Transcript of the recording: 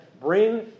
bring